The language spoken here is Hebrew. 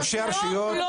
ראשי הרשויות,